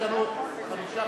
בבקשה,